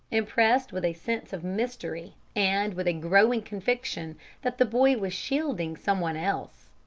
impressed with a sense of mystery and with a growing conviction that the boy was shielding some one else.